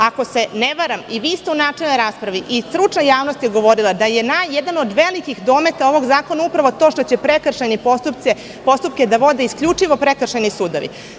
Ako se ne varam, vi ste u načelnoj raspravi, stručna javnost je govorila, da je jedan od velikih dometa ovog zakona upravo to što će prekršajne postupke da vode isključivo prekršajni sudovi.